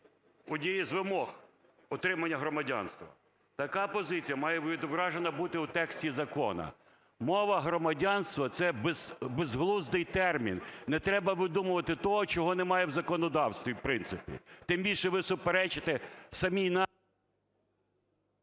є однією з вимог отримання громадянства. Така позиція має відображена бути у тексті закону. "Мова громадянства" – це безглуздий термін, не треба видумувати того чого немає в законодавстві, в принципі. Тим більше ви суперечите самій…